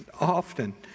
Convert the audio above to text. often